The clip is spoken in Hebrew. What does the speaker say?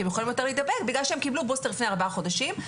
כי הם יכולים יותר להידבק בגלל שהם קיבלו בוסטר לפני ארבעה חודשים,